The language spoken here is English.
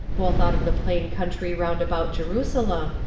both out of the plain country round about jerusalem,